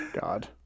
god